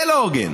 זה לא הוגן.